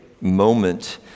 moment